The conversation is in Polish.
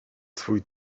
swój